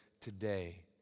today